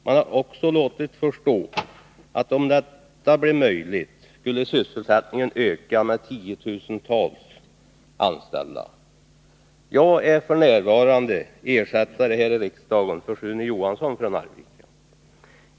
Man har också låtit förstå att om detta blev möjligt skulle sysselsättningen öka med tiotusentals anställda. Jag är f. n. ersättare här i riksdagen för Sune Johansson från Arvika.